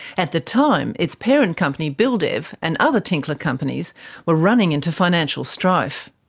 at the time, its parent company buildev and other tinkler companies were running into financial strife.